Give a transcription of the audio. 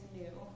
new